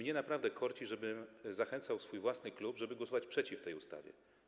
Naprawdę mnie korci, żeby zachęcać swój własny klub, żeby głosował przeciw tej ustawie.